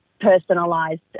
personalized